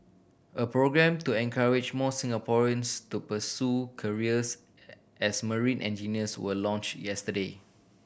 a programme to encourage more Singaporeans to pursue careers as marine engineers were launch yesterday